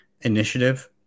initiative